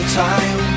time